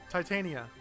Titania